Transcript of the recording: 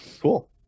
Cool